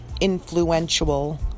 influential